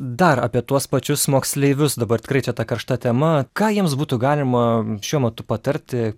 dar apie tuos pačius moksleivius dabar tikrai čia ta karšta tema ką jiems būtų galima šiuo metu patarti